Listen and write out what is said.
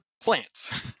plants